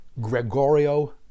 Gregorio